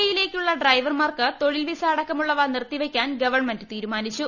E യിലേയ്ക്കുള്ള ഡ്രൈവർമാർക്ക് തൊഴിൽ ്വിസ അടക്കമുള്ളവ നിറുത്തിവെയ്ക്കാൻ ഗവൺമെന്റ് തീരുമാനിച്ചു